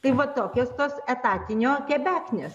tai va tokios tos etatinio kebeknės